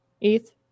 ETH